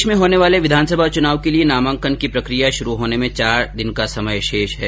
प्रदेश में होने वाले विधानसभा चुनाव के लिए नामांकन की प्रक्रिया शुरू होने में चार दिन का समय शेष है